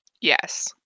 Yes